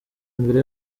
imbere